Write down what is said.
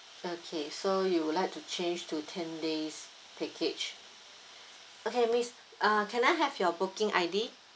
okay so you would like to change to ten days package okay miss uh can I have your booking I_D